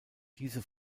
diese